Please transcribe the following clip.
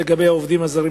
בנושא העובדים הזרים,